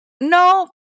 no